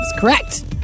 correct